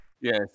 Yes